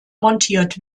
montiert